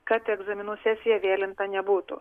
kad egzaminų sesija vėlinta nebūtų